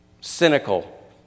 cynical